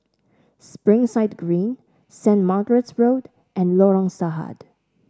Springside Green Saint Margaret's Road and Lorong Sahad